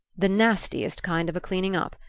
the nastiest kind of a cleaning up.